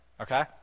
okay